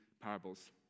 parables